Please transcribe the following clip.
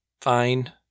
fine